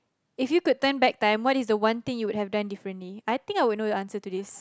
if you could turn back time what is the one thing you would have done differently I think I would know the answer to this